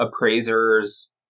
appraisers